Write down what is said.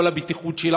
כל הבטיחות שלנו,